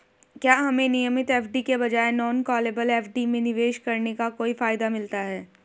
क्या हमें नियमित एफ.डी के बजाय नॉन कॉलेबल एफ.डी में निवेश करने का कोई फायदा मिलता है?